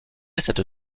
cette